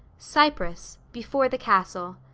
cyprus. before the castle.